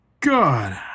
God